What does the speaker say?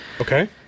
Okay